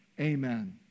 Amen